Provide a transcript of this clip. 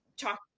talk